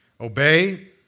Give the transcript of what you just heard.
Obey